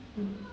mm